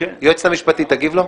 היועצת המשפטית, בבקשה.